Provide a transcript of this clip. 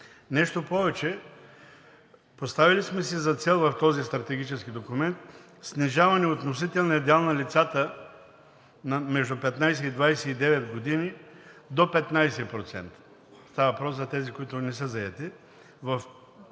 Нещо повече, поставили сме си за цел в този стратегически документ снижаване на относителния дял на лицата между 15 и 29 години до 15%. Става въпрос за тези, които не са заети,